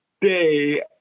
day